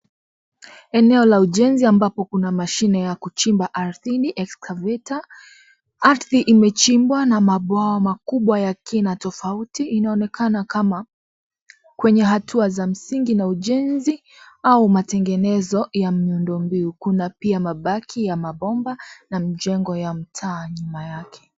Eneo la ujenzi ambapo kuna mashine ya kuchimba ardhini, Escavator . Ardhi imechimbwa na mabwawa makubwa ya kina tofauti inaonekana kama kwenye hatua za msingi na ujenzi au matengenezo ya miundo mbiu. Kuna pia mabaki ya mabomba na majengo ya mtaa nyuma yake.